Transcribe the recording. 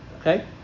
Okay